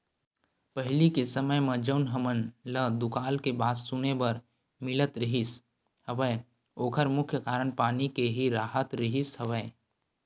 पहिली के समे म जउन हमन ल दुकाल के बात सुने बर मिलत रिहिस हवय ओखर मुख्य कारन पानी के ही राहत रिहिस हवय